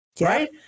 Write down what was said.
Right